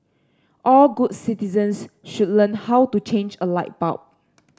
all good citizens should learn how to change a light bulb